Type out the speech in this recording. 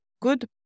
good